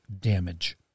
damage